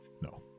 no